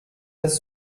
das